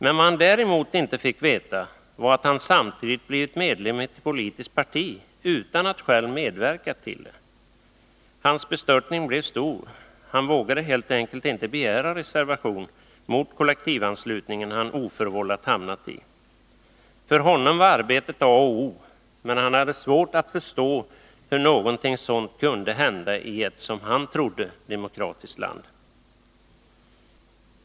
Men vad han däremot inte fick veta var att han samtidigt blivit medlem i ett politiskt parti utan att själv ha medverkat till det. Hans bestörtning blev stor. Han vågade helt enkelt inte begära reservation mot den kollektivanslutning som han oförvållat hamnat i. För honom var arbetet A och O, men han hade svårt att förstå hur någonting sådant kunde hända i ett, som han trodde, | demokratiskt land.